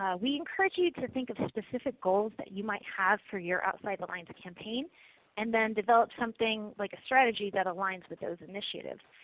we encourage you to think of specific goals that you might have for your outside the lines campaign and then develop something like a strategy that aligns with those initiatives.